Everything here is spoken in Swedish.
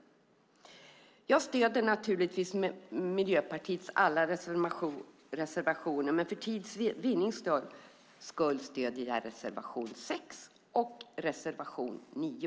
Jag stöder naturligtvis Miljöpartiets alla reservationer men för tids vinnande yrkar jag bifall bara till reservationerna 6 och 9.